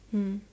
mm